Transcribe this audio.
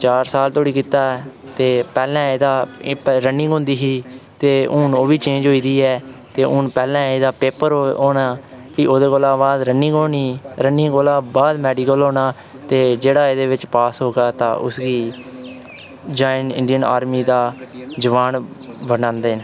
चार साल धोड़ी कीता ऐ ते पैह्लें एह्दा रानिंग होंदी ही ते हून ओह् बी चेंज होई गेदी ऐ ते हून पैह्लें एह्दा पेपर होना फ्ही ओह्दे कोला बाद रानिंग होनी रानिंग कोला बाद मेडीकल होना ते जेह्ड़ा एह्दे बिच्च पास होगा तां उसगी जोइन इन्डियन आर्मी दा जवान बनांदे न